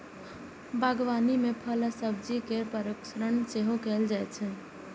बागवानी मे फल आ सब्जी केर परीरक्षण सेहो कैल जाइ छै